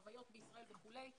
חוויות בישראל וכולי.